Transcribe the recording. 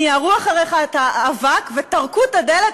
ניערו אחריך את האבק וטרקו את הדלת,